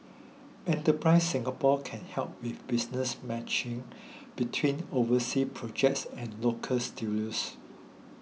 enterprise Singapore can help with business matching between overseas projects and local studios